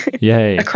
Yay